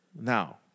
Now